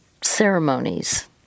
ceremonies